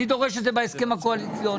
אני דורש את זה בהסכם הקואליציוני.